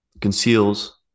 conceals